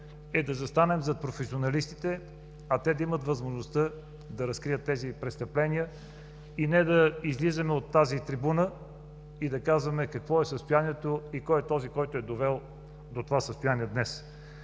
е да застанем зад професионалистите, а те да имат възможността да разкрият тези престъпления и не да излизаме от тази трибуна и да казваме какво е състоянието и кой е този, който е довел до това състояние днес.